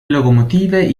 locomotive